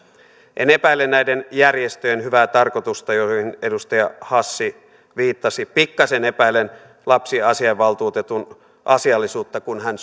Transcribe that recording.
en epäile näiden järjestöjen hyvää tarkoitusta joihin edustaja hassi viittasi pikkaisen epäilen lapsiasiavaltuutetun asiallisuutta kun hän